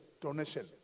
donation